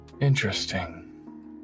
interesting